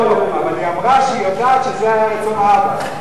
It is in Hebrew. לא, אבל היא אמרה שהיא יודעת שזה היה רצון האבא.